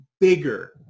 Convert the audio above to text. bigger